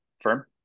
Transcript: firm